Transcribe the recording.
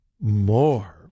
more